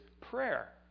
prayer